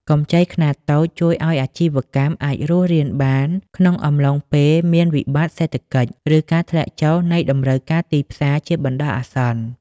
កម្ចីខ្នាតតូចជួយឱ្យអាជីវកម្មអាចរស់រានបានក្នុងអំឡុងពេលមានវិបត្តិសេដ្ឋកិច្ច ឬការធ្លាក់ចុះនៃតម្រូវការទីផ្សារជាបណ្ដោះអាសន្ន។